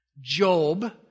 Job